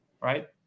right